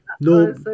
no